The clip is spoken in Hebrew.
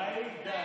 אבל עם, כזה.